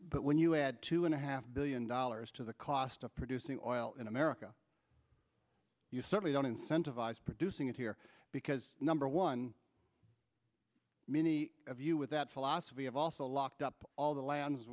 but when you add two and a half billion dollars to the cost of producing oil in america you certainly don't incentivize producing it here because number one many of you with that philosophy have also locked up all the lands